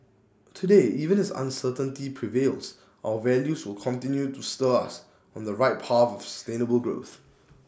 today even as uncertainty prevails our values will continue to stir us on the right path of sustainable growth